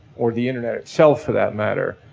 or the internet itself for that matter,